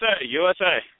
USA